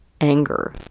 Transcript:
anger